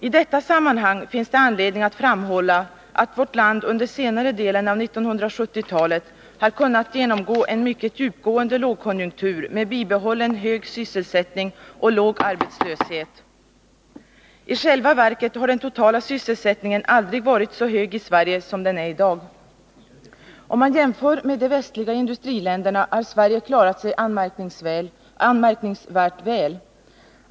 I detta sammanhang finns det anledning att framhålla att vårt land under senare delen av 1970-talet har kunnat genomgå en mycket djupgående lågkonjunktur med bibehållen hög sysselsättning och låg arbetslöshet. I själva verket har den totala sysselsättningen aldrig varit så hög i Sverige som den är i dag. Om man jämför med de västliga industriländerna har Sverige klarat sig anmärkningsvärt väl.